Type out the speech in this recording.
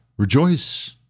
Rejoice